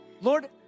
Lord